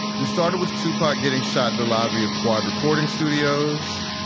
we started with tupac getting shot in the library of quad recording studios.